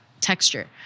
texture